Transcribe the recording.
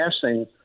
passing